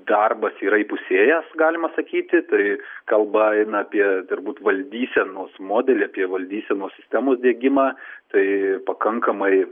darbas yra įpusėjęs galima sakyti tai kalba eina apie turbūt valdysenos modelį apie valdysenos sistemų diegimą tai pakankamai